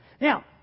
Now